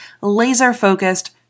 laser-focused